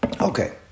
Okay